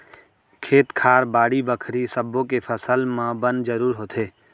खेत खार, बाड़ी बखरी सब्बो के फसल म बन जरूर होथे